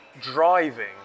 driving